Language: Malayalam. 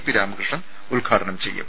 പി രാമകൃഷ്ണൻ ഉദ്ഘാടനം ചെയ്യും